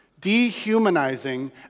dehumanizing